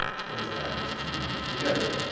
so let's add these two numbers together.